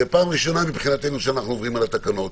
זו פעם ראשונה שאנו עוברים על התקנות.